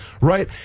right